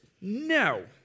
No